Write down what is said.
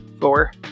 Four